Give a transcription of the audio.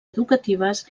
educatives